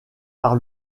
par